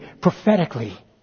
prophetically